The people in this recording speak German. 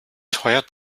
teuer